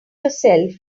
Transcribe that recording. yourself